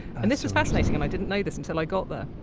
and this was fascinating and i didn't know this until i got there.